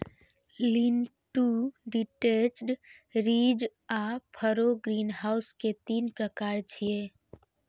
lean to detached, ridge आ furrow greenhouse के तीन प्रकार छियै